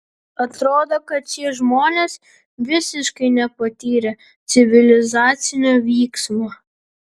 atrodo kad šie žmonės visiškai nepatyrę civilizacinio vyksmo